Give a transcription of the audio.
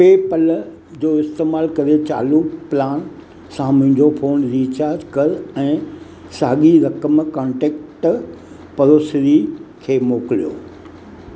पे पल जो इस्तेमाल करे चालू प्लान सां मुंहिंजो फ़ोन रीचार्ज कर ऐं साॻी रक़म कॉन्टेक्ट पडोसरी खे मोकिलियो